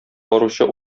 баручы